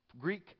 Greek